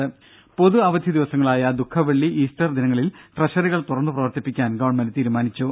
ദ്ദേ പൊതു അവധി ദിവസങ്ങളായ ദുഃഖ വെള്ളി ഇൌസ്റ്റർ ദിനങ്ങളിൽ ട്രഷറികൾ തുറന്നു പ്രവർത്തിപ്പിക്കാൻ ഗവൺമെന്റ് തീരുമാനിച്ചു